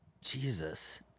Jesus